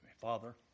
Father